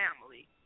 family